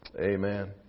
amen